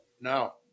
no